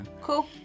cool